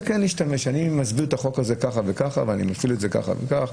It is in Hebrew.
להשתמש בחוק הזה בצורה כזאת וכזאת.